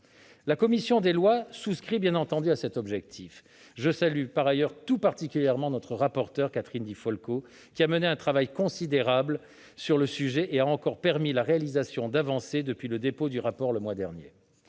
La commission des lois souscrit bien entendu à cet objectif. J'en profite pour saluer tout particulièrement notre rapporteur, Catherine Di Folco, qui a effectué un travail considérable sur le sujet et a encore permis la réalisation d'avancées depuis le dépôt du rapport, le mois dernier.